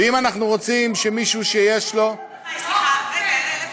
ואם אנחנו רוצים שמישהו שיש לו, איפה אתה חי?